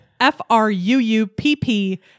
F-R-U-U-P-P